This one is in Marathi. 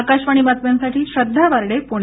आकाशवाणी बातम्यांसाठी श्रद्धा वार्डे पुणे